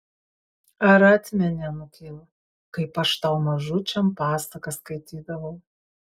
ar atmeni anūkėl kaip aš tau mažučiam pasakas skaitydavau